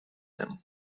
him